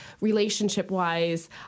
relationship-wise